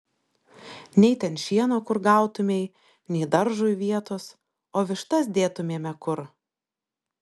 nei ten šieno kur gautumei nei daržui vietos o vištas dėtumėme kur